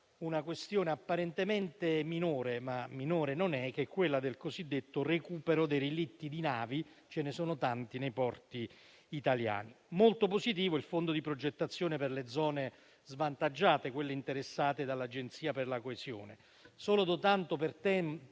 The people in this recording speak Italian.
una questione apparentemente minore, ma che tale non è, che è quella del cosiddetto recupero dei relitti di navi: ce ne sono infatti tanti nei porti italiani. Molto positivo è il fondo per la progettazione nelle zone svantaggiate, ovvero quelle interessate dall'Agenzia per la coesione territoriale. Solo dotando per tempo